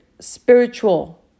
spiritual